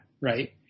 right